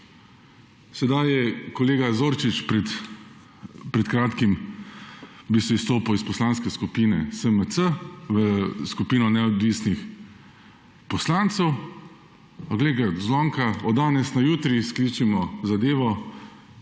Sedaj je kolega Zorčič pred kratkim izstopil iz Poslanske skupine SMC v skupino neodvisnih poslancev, a glej ga zlomka, od danes na jutri skličemo zadevo,